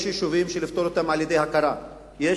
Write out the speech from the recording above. יש יישובים שיש לפתור את בעייתם על-ידי הכרה,